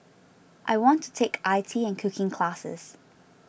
I want to take I T and cooking classes